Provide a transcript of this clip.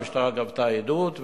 המשטרה גבתה עדות,